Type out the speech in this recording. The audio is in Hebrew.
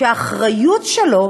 שהאחריות שלו